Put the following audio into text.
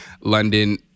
London